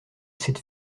cette